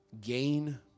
gain